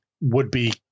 would-be